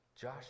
Josh